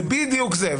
זה בדיוק זה.